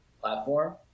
platform